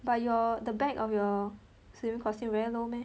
but your the back of your swimming costume very low meh